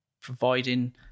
Providing